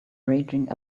raging